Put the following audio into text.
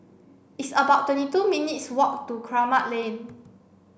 it's about twenty two minutes' walk to Kramat Lane